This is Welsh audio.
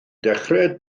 dechrau